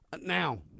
Now